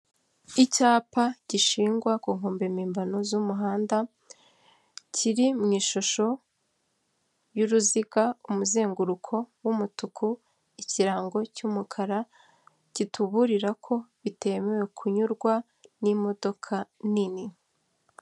Icyapa gishingwa ku nkombe mpimbano z'umuhanda kiri mu ishusho y'uruziga, umuzenguruko w'umutuku, ikirango cy'umukara kituburira ko bitemewe kunyurwa n'imodoka nini.